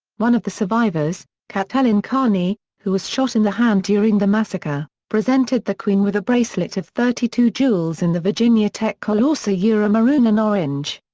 one of the survivors, katelyn carney, who was shot in the hand during the massacre, presented the queen with a bracelet of thirty-two jewels in the virginia tech colors maroon and orange.